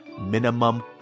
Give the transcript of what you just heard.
minimum